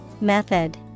Method